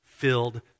Filled